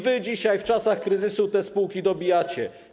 Wy dzisiaj, w czasach kryzysu, te spółki dobijacie.